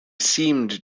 seemed